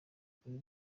kuri